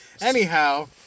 Anyhow